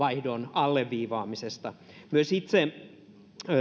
alleviivaamisesta myös itse